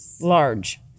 Large